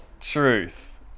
truth